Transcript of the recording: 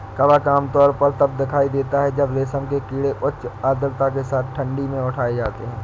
कवक आमतौर पर तब दिखाई देता है जब रेशम के कीड़े उच्च आर्द्रता के साथ ठंडी में उठाए जाते हैं